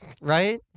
right